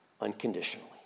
Unconditionally